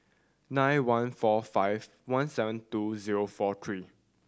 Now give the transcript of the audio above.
nine one four five one seven two zero four three